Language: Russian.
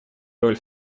роль